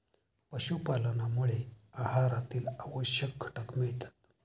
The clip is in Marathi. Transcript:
पशुपालनामुळे आहारातील आवश्यक घटक मिळतात